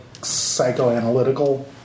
psychoanalytical